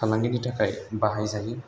फालांगिनि थाखाय बाहायजायो